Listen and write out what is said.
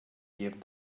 give